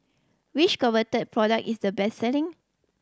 which Convatec product is the best selling